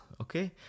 Okay